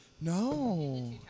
No